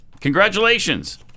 Congratulations